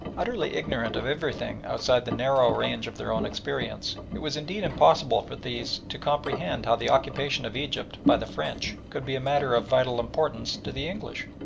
utterly ignorant of everything outside the narrow range of their own experience, it was indeed impossible for these to comprehend how the occupation of egypt by the french could be a matter of vital importance to the english.